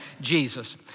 Jesus